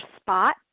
spot